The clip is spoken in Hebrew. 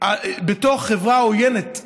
בתוך חברה עוינת,